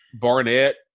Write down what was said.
Barnett